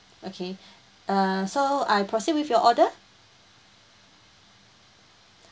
okay uh so I proceed with your order